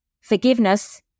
Forgiveness